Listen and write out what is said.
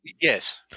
yes